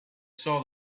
saw